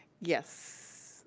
yes.